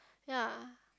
yea